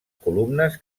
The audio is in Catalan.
columnes